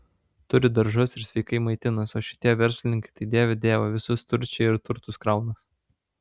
turi daržus ir sveikai maitinas o šitie verslinykai tai dieve dieve visus tručija ir turtus kraunas